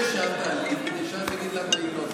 הוא רוצה שאת תעלי כדי שאז הוא יגיד למה היא לא.